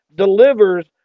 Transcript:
Delivers